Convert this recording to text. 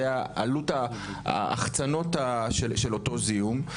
זה העלות ההחצנות של אותו זיהום.